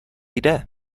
jde